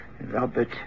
Robert